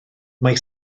mae